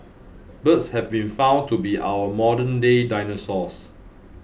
birds have been found to be our modernday dinosaurs